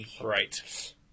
Right